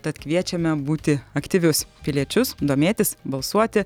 tad kviečiame būti aktyvius piliečius domėtis balsuoti